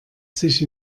sich